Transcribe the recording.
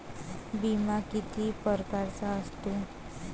बिमा किती परकारचा असतो?